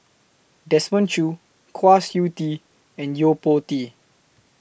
Desmond Choo Kwa Siew Tee and Yo Po Tee